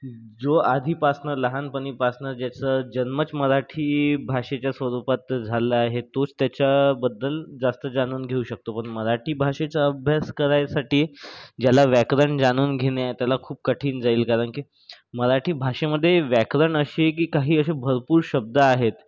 जो आधीपासनं लहानपणीपासनं ज्याचं जन्मच मराठी भाषेच्या स्वरूपात झाला आहे तोच त्याच्याबद्दल जास्त जाणून घेऊ शकतो पण मराठी भाषेचा अभ्यास करायसाठी ज्याला व्याकरण जाणून घेणे आहे त्याला खूप कठीण जाईल कारण की मराठी भाषेमध्ये व्याकरण असे आहे की काही असे भरपूर शब्द आहेत